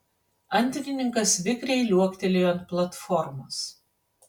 antrininkas vikriai liuoktelėjo ant platformos